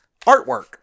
artwork